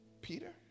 Peter